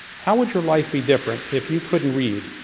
how would your life be different if you couldn't read?